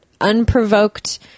unprovoked